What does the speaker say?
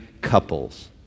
couples